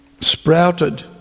sprouted